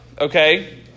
Okay